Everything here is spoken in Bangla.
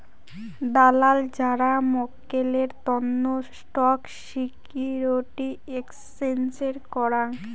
দালাল যারা মক্কেলের তন্ন স্টক সিকিউরিটি এক্সচেঞ্জের করাং